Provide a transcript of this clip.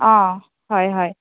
অঁ হয় হয়